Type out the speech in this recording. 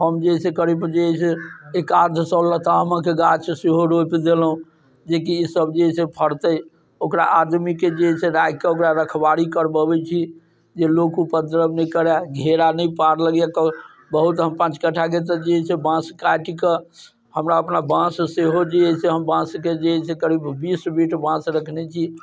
हम जे है से करीब जे है से एकाध सए लतामक गाछ सेहो रोपि देलहुँ जेकि ई सब जे है से फरतै ओकरा आदमीके जे है से राखिके ओकरा रखबारी करबबै छी जे लोक उपद्रव नहि करै घेरा नहि पार लगैये बहुत हम पाँच कट्ठाके तऽ जे है से बाँस काटिके हमरा ओकरा बाँस सेहो जे अइसँ हम बाँसके जे है से करीब बीस बीट बाँस रखने छी